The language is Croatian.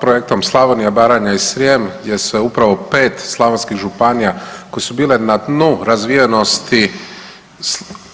Projektom Slavonija, Baranja i Srijem gdje se upravo 5 slavonskih županija koje su bile na dnu razvijenosti